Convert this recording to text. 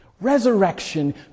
Resurrection